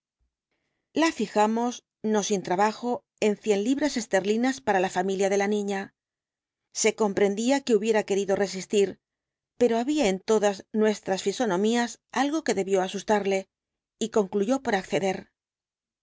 la fijamos no sin trabajo en cien libras esterlinas para la familia de la niña se comprendía que hubiera querido resistir pero había en todas nuestras fisonomías algo que debió asustarle y concluyó por acceder